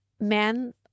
men